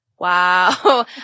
wow